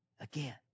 again